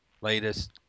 latest